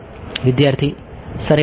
વિદ્યાર્થી સરેરાશ